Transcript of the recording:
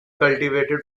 cultivated